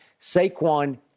Saquon